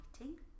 writing